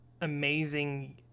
amazing